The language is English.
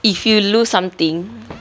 if you lose something